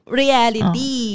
reality